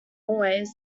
always